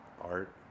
art